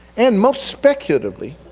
and most speculatively,